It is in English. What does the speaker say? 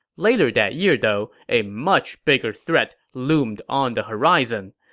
later that year, though, a much bigger threat loomed on the horizon.